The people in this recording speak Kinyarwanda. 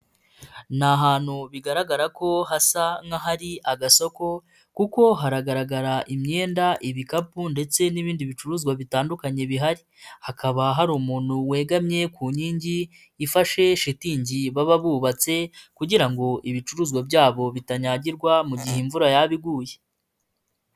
Ni ahantu bigaragara ko hasa nk'ahari agasoko kuko haragaragara imyenda, ibikapu ndetse n'ibindi bicuruzwa bitandukanye bihari. Hakaba hari umuntu wegamye ku nkingi ifashe shitingi baba bubatse kugira ngo ibicuruzwa byabo bitanyagirwa mu gihe imvura yaba iguye.